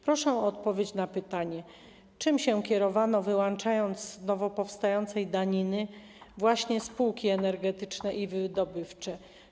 Proszę o odpowiedź na pytanie: Czym się kierowano, wyłączając z nowo powstającej daniny właśnie spółki energetyczne i wydobywcze?